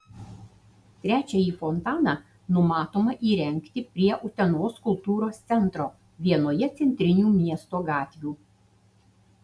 trečiąjį fontaną numatoma įrengti prie utenos kultūros centro vienoje centrinių miesto gatvių